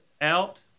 out